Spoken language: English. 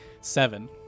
seven